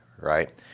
right